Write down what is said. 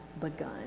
begun